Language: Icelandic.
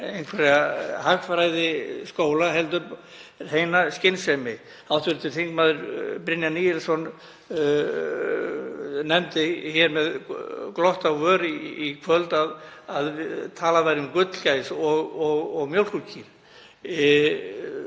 einhverja hagfræðiskóla heldur hreina skynsemi. Hv. þm. Brynjar Níelsson nefndi hér með glott á vör í kvöld að talað væri um gullgæs og mjólkurkú.